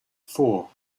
four